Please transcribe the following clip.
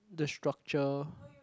the structure